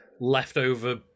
leftover